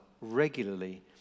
regularly